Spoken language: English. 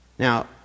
Now